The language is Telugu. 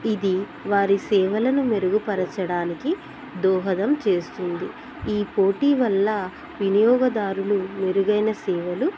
ఇది వారి సేవలను మెరుగుపరచడానికి దోహదం చేస్తుంది ఈ పోటీ వల్ల వినియోగదారుకు మెరుగైన సేవలు